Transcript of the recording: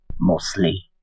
mostly